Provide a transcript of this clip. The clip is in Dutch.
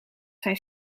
zijn